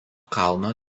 kalno